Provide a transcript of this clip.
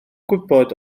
gwybod